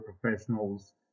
professionals